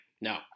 No